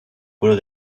quello